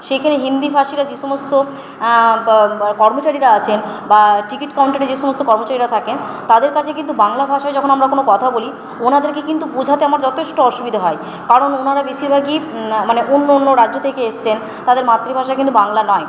সেখানে হিন্দিভাষীরা যে সমস্ত কর্মচারীরা আছেন বা টিকিট কাউন্টারে যে সমস্ত কর্মচারীরা থাকেন তাদের কাছে কিন্তু বাংলা ভাষায় যখন আমরা কোনো কথা বলি ওনাদেরকে কিন্তু বোঝাতে আমার যথেষ্ট অসুবিধে হয় কারণ ওনারা বেশিরভাগই মানে অন্য অন্য রাজ্য থেকে এসেছেন তাদের মাতৃভাষা কিন্তু বাংলা নয়